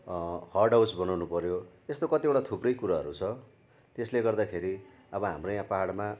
hot house बनाउनुपर्यो यस्तो कतिवटा थुप्रै कुराहरू छ त्यसले गर्दाखेरि अब हाम्रो यहाँ पाहाडमा